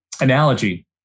analogy